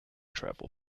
travel